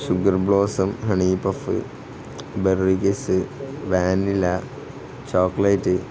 sugar blossom honey puff burgers vanilla chocolate